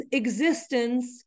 existence